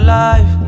life